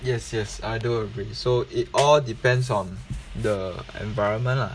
yes yes I do agree so it all depends on the environment lah